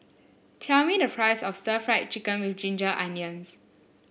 tell me the price of stir Fry Chicken with Ginger Onions